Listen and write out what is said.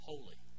holy